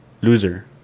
loser